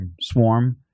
swarm